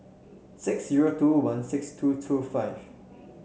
six zero two one six two two five